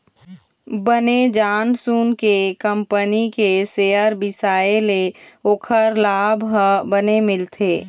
बने जान सून के कंपनी के सेयर बिसाए ले ओखर लाभ ह बने मिलथे